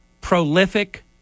prolific